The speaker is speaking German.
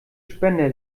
spender